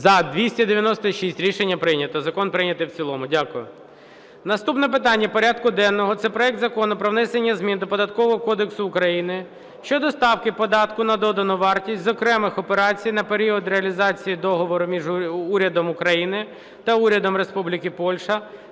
За-296 Рішення прийнято. Закон прийнято в цілому. Дякую. Наступне питання порядку денного – це проект Закону про внесення змін до Податкового кодексу України щодо ставки податку на додану вартість з окремих операцій на період реалізації Договору між Урядом України та Урядом Республіки Польща